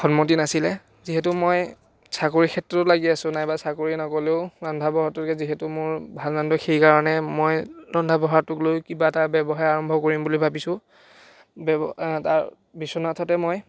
সন্মতি নাছিলে যিহেতু মই চাকৰিৰ ক্ষেত্ৰতো লাগি আছোঁ নাইবা চাকৰি নগ'লেও ৰন্ধা বঢ়াটোকে যিহেতু মোৰ ভাল ৰান্ধোঁ সেইকাৰণে মই ৰন্ধা বঢ়াটোক লৈ কিবা এটা ব্যৱসায় আৰম্ভ কৰিম বুলি ভাবিছোঁ বেব তাৰ বিশ্বনাথতে মই